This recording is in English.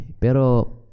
Pero